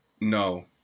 No